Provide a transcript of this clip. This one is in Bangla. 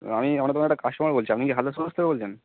আমি আপনার দোকানের একটা কাস্টোমার বলছি আপনি কি হালদার স্টোর্স থেকে বলছেন